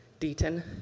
Deaton